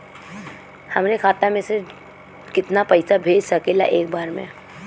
हमरे खाता में से कितना पईसा भेज सकेला एक बार में?